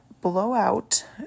blowout